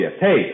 Hey